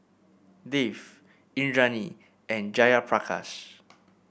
Dev Indranee and Jayaprakash